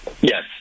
Yes